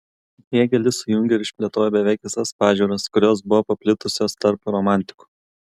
hėgelis sujungė ir išplėtojo beveik visas pažiūras kurios buvo paplitusios tarp romantikų